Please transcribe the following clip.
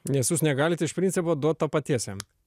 nes jūs negalit iš principo duot to patiesjam